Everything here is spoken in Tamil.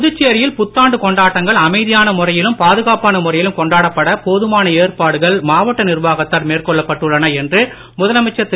புதுச்சேரியில் புத்தாண்டு கொண்டாட்டங்கள் அமைதியான முறையிலும் பாதுகாப்பான முறையிலும் கொண்டாடப்பட போதுமான ஏற்பாடுகள் மாவட்ட நிர்வாகத்தால் மேற்கொள்ளப்பட்டுள்ளன என்று முதலமைச்சர் திரு